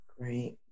Great